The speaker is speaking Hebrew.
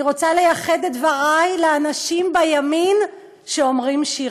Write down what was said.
אני רוצה לייחד את דברי לאנשים בימין שאומרים שירה.